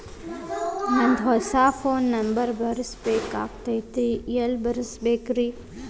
ನಂದ ಹೊಸಾ phone number ಬರಸಬೇಕ್ ಆಗೈತ್ರಿ ಎಲ್ಲೆ ಬರಸ್ಬೇಕ್ರಿ?